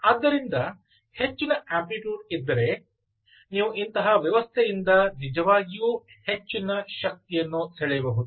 ಆದ್ದರಿಂದ ಹೆಚ್ಚಿನ ಅಂಪ್ಲಿಟ್ಯೂಡ್ ಇದ್ದರೆ ನೀವು ಇಂತಹ ವ್ಯವಸ್ಥೆಯಿಂದ ನಿಜವಾಗಿಯೂ ಹೆಚ್ಚಿನ ಶಕ್ತಿಯನ್ನು ಸೆಳೆಯಬಹುದು